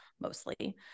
mostly